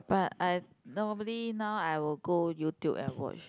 but I normally now I will go YouTube and watch